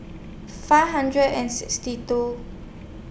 five hundred and sixty two